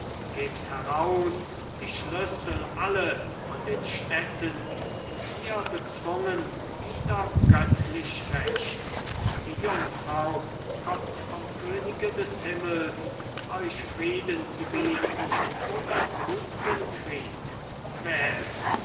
gebt heraus die schlüssel alle von den städten die ihr bezwungen wider göttlich recht die jungfrau kommt vom könige des himmels euch frieden zu bieten oder blutgen krieg wählt